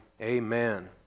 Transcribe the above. amen